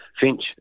Finch